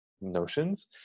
notions